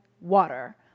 water